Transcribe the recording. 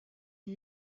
une